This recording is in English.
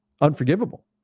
unforgivable